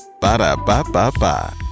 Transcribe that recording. Ba-da-ba-ba-ba